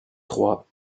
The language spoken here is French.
trois